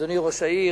אדוני ראש העיר,